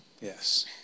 Yes